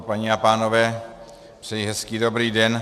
Paní a pánové, přeji hezký dobrý den.